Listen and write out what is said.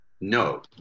No